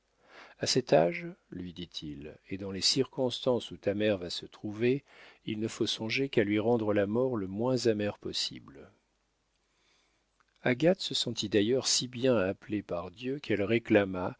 a cet âge lui dit-il et dans les circonstances où ta mère va se trouver il ne faut songer qu'à lui rendre la mort le moins amère possible agathe se sentit d'ailleurs si bien appelée par dieu qu'elle réclama